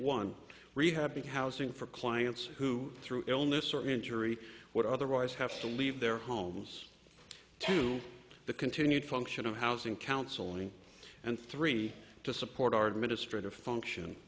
one rehabbing housing for clients who through illness or injury would otherwise have to leave their homes to the continued function of housing counseling and three to support our administrative function